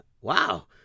wow